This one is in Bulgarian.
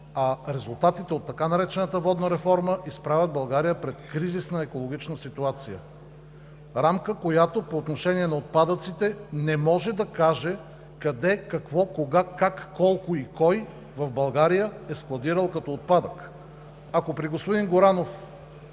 а резултатите от така наречената водна реформа изправят България пред кризисна екологична ситуация – рамка, която по отношение на отпадъците не може да каже къде, какво, кога, как, колко и кой в България е складирал като отпадък. Ако при господин Горанов,